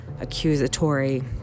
accusatory